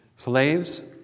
Slaves